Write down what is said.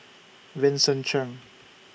Vincent Cheng